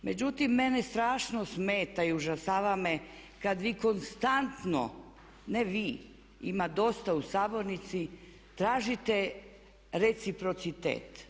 Međutim, mene strašno smeta i užasava me kad vi konstantno, ne vi, ima dosta u sabornici tražite reciprocitet.